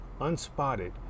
unspotted